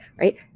right